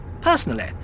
Personally